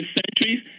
centuries